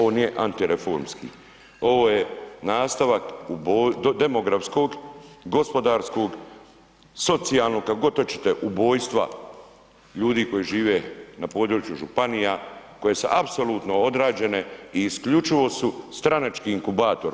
Ovo nije antireformski, ovo je nastavak demografskog, gospodarskog, socijalnog kako god hoćete ubojstva ljudi koji žive na području županija koje su apsolutno odrađene i isključivo su stranački inkubator.